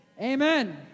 amen